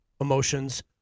emotions